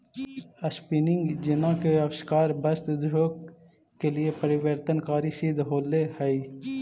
spinning jenny के आविष्कार वस्त्र उद्योग के लिए परिवर्तनकारी सिद्ध होले हई